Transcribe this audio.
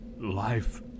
life